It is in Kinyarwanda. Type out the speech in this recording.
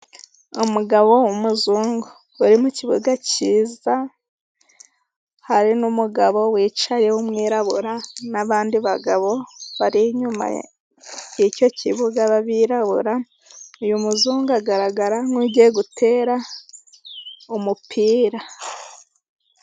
Umugabo w'umuzungu uri mu kibuga cyiza hari n'umugabo wicaye w'umwirabura n'abandi bagabo bari inyuma y'icyo kibuga b'abirabura, uyu muzungu agaragara nk'ugiye gutera umupira.